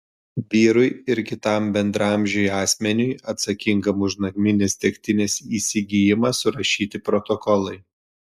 vyrui ir kitam bendraamžiui asmeniui atsakingam už naminės degtinės įsigijimą surašyti protokolai